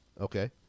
Okay